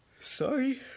Sorry